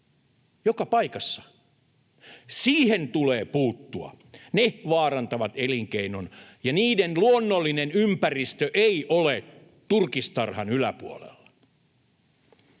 joka paikassa. Siihen tulee puuttua. Ne vaarantavat elinkeinon, ja niiden luonnollinen ympäristö ei ole turkistarhan yläpuolella.